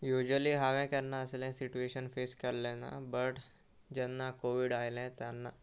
usually हांवें केन्ना असलें सिच्युएशन फेस केल्लें ना बट जेन्ना कोवीड आयलें तेन्ना